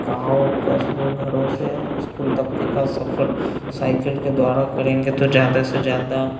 गाँव कस्बों घरों से स्कूल तक के का सफर साइकिल के द्वारा करेंगे तो ज़्यादा से ज़्यादा